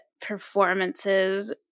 performances